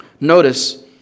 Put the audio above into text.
Notice